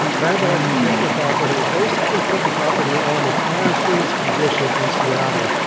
landlords can take their property and basically put the property on an as is condition in seattle.